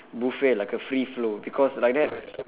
buffet like a free flow because like that